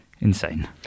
Insane